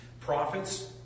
prophets